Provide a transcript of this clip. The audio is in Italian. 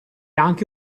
anche